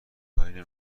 کاری